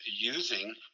using